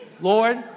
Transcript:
Lord